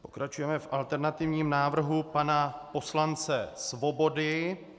Pokračujeme v alternativním návrhu pana poslance Svobody.